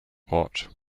what